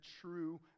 true